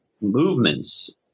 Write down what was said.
movements